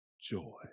joy